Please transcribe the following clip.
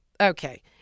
okay